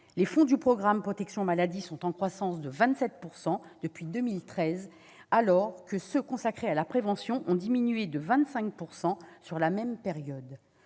les fonds du programme « Protection maladie » connaissent une croissance de 27 % depuis 2013, alors que ceux qui sont consacrés à la prévention ont diminué de 25 % sur la même période.